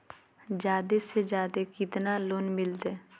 जादे से जादे कितना लोन मिलते?